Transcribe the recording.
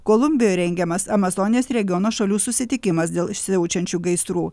kolumbijoje rengiamas amazonijos regiono šalių susitikimas dėl siaučiančių gaisrų